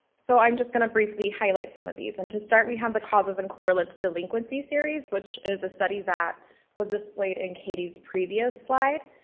so i'm just going to briefly highlight some of these. and to start we have the causes and correlates delinquency series which is a study that was displayed in katie's previous slide.